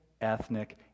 ethnic